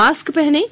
mask पहनें